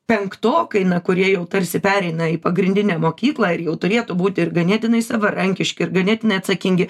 penktokai na kurie jau tarsi pereina į pagrindinę mokyklą ir jau turėtų būti ir ganėtinai savarankiški ir ganėtinai atsakingi